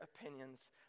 opinions